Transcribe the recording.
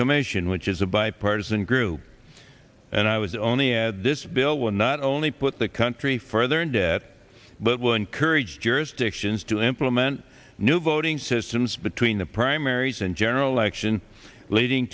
commission which is a bipartisan group and i was only add this bill will not only put the country further in debt but it will encourage jurisdictions to implement new voting systems between the primaries and general election leading